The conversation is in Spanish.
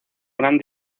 gran